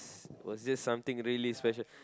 was just something really special